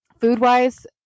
food-wise